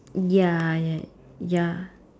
ya ya ya